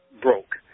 broke